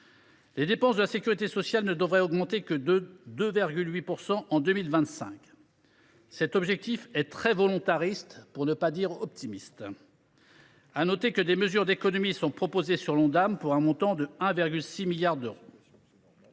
Les dépenses de la sécurité sociale ne devraient augmenter que de 2,8 % en 2025. Cet objectif est très volontariste, pour ne pas dire optimiste. Je note que des mesures d’économies sont proposées sur l’Ondam, pour un montant de 1,6 milliard d’euros.